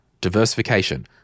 diversification